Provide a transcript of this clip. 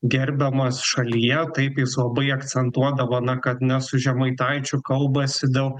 gerbiamas šalyje taip jis labai akcentuodavo na kad ne su žemaitaičiu kalbasi dėl